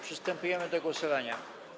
Przystępujemy do głosowania.